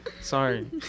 Sorry